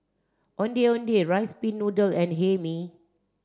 Ondeh Ondeh rice pin noodle and Hae Mee